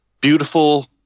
beautiful